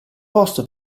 posto